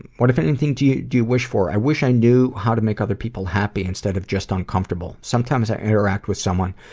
what if anything do you wish for? i wish i knew how to make other people happy instead of just uncomfortable. sometimes i interact with someone,